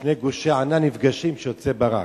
שני גושי ענן נפגשים, שיוצא ברק.